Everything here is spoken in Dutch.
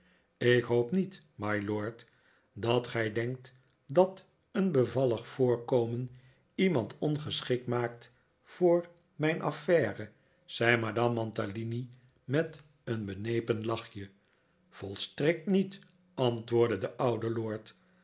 ik hoop niet mylord dat gij denkt dat een bevallig voorkomen iemand ongeschikt maakt voor mijn affaire zei madame mantalini met een benepen lachje volstrekt niet antwoordde de oude lord